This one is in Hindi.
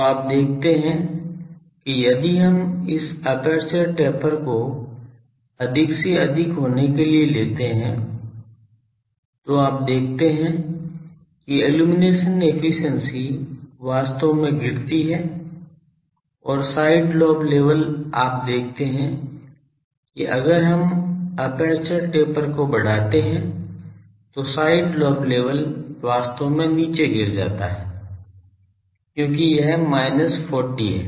तो आप देखते हैं कि यदि हम इस एपर्चर टेपर को अधिक से अधिक होने के लिए लेते हैं तो आप देखते हैं कि इल्लुमिनेशन एफिशिएंसी वास्तव में गिरती है और साइड लोब लेवल आप देखते हैं कि अगर हम एपर्चर टेपर को बढ़ाते हैं तो साइड लोब लेवल वास्तव में निचे गिर जाता है क्योंकि यह minus 40 है